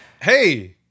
Hey